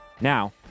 Now